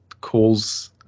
calls